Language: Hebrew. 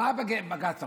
מה בג"ץ אמר?